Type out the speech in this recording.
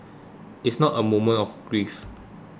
it's not a moment of grief